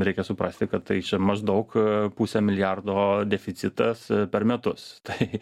reikia suprasti kad tai čia maždaug pusę milijardo deficitas per metus tai